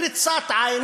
קריצת עין,